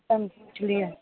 अपन सोच लिए